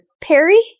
perry